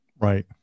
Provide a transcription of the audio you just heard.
Right